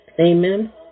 Amen